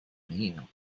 meal